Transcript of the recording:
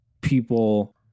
people